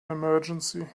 emergency